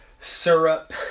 syrup